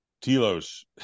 telos